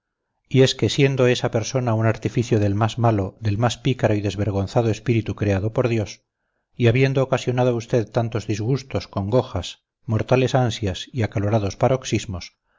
y es que siendo esa persona un artificio del más malo del más pícaro y desvergonzado espíritu creado por dios y habiendo ocasionado a usted tantos disgustos congojas mortales ansias y acalorados paroxismos